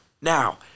Now